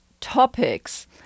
topics